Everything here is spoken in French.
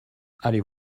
allez